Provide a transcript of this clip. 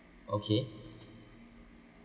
okay